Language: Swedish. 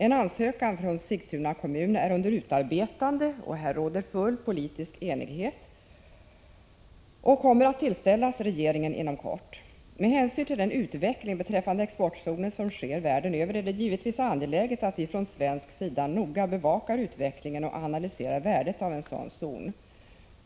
En ansökan från Sigtuna kommun — här råder full politisk enighet — är under utarbetande och kommer att tillställas regeringen inom kort. Med hänsyn till den utveckling beträffande exportzoner som sker världen över är det givetvis angeläget att vi från svensk sida noga bevakar utvecklingen och analyserar värdet av en sådan zon.